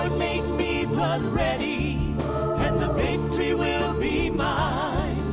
make me blood ready and the victory will be mine